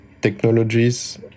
technologies